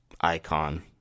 icon